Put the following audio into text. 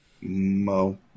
Mo